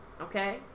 Okay